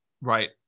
Right